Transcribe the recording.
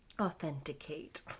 authenticate